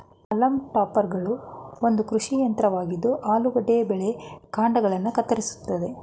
haulm ಟಾಪರ್ಗಳು ಒಂದು ಕೃಷಿ ಯಂತ್ರವಾಗಿದ್ದು ಆಲೂಗೆಡ್ಡೆ ಬೆಳೆಯ ಕಾಂಡಗಳನ್ನ ಕತ್ತರಿಸ್ತದೆ